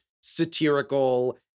satirical